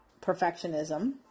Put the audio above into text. perfectionism